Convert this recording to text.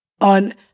on